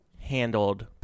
handled